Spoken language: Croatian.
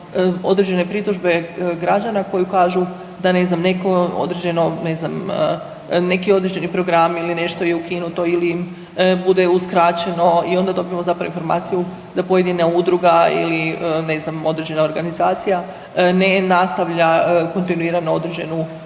određeno, ne znam neki određeni program ili nešto je ukinuto ili bude uskraćeno i onda dobijemo zapravo informaciju da pojedine udruga ili ne znam određena organizacija ne nastavlja kontinuirano određenu,